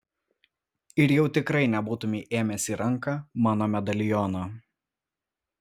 ir jau tikrai nebūtumei ėmęs į ranką mano medaliono